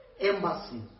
embassy